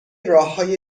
راههای